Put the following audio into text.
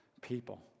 people